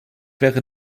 wäre